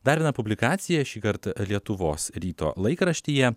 dar viena publikacija šįkart lietuvos ryto laikraštyje